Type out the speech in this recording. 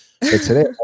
today